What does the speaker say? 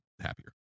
happier